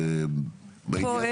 בעניין הזה --- פה,